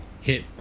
hit